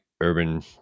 urban